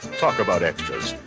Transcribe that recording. talk about extras.